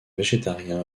végétarien